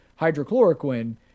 hydrochloroquine